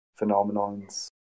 phenomenons